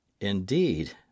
Indeed